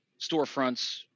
storefronts